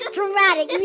Dramatic